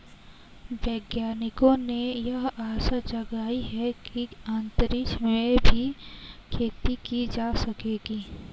वैज्ञानिकों ने यह आशा जगाई है कि अंतरिक्ष में भी खेती की जा सकेगी